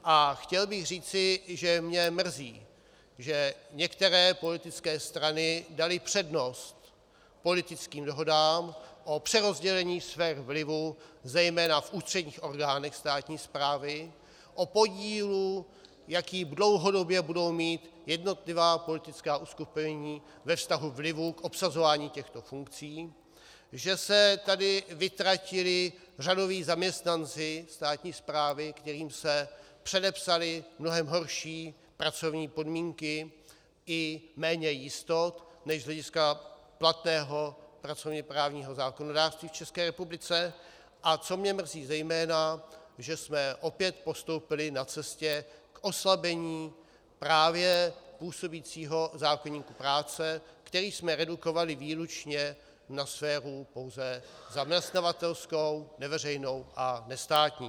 A chtěl bych říci, že mě mrzí, že některé politické strany daly přednost politickým dohodám o přerozdělení svého vlivu zejména v ústředních orgánech státní správy, o podílu, jaký dlouhodobě budou mít jednotlivá politická uskupení ve vztahu k vlivu v obsazování těchto funkcí, že se tady vytratili řadoví zaměstnanci státní správy, kterým se předepsaly mnohem horší pracovní podmínky i méně jistot než z hlediska platného pracovněprávního zákonodárství v České republice, a co mě mrzí zejména, že jsme opět postoupili na cestě k oslabení právě působícího zákoníku práce, který jsme redukovali výlučně na sféru pouze zaměstnavatelskou, neveřejnou a nestátní.